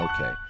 Okay